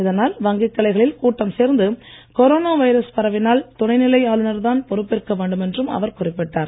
இதனால் வங்கிக் கிளைகளில் கூட்டம் சேர்ந்து கொரோனா வைரஸ் பரவினால் துணைநிலை ஆளுநர்தான் பொறுப்பேற்க வேண்டும் என்றும் அவர் குறிப்பிட்டார்